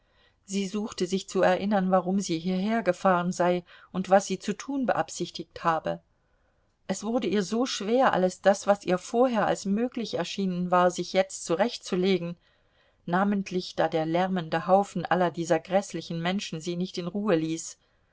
sie suchte sich zu erinnern warum sie hierhergefahren sei und was sie zu tun beabsichtigt habe es wurde ihr so schwer alles das was ihr vorher als möglich erschienen war sich jetzt zurechtzulegen namentlich da der lärmende haufen aller dieser gräßlichen menschen sie nicht in ruhe ließ